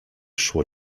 szło